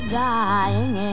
dying